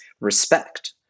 respect